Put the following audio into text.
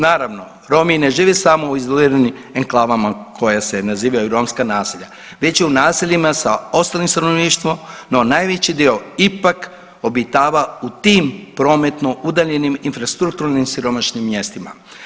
Naravno Romi ne žive samo u izoliranim enklavama koje se nazivaju romska naselja već i u naseljima sa ostalim stanovništvom, no najveći dio ipak obitava u tim prometno udaljenim infrastrukturno siromašnim mjestima.